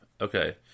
Okay